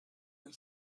will